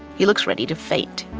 he looks ready to faint